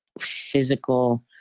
physical